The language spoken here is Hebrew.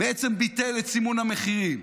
בעצם ביטל את סימון המחירים.